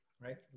right